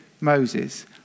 Moses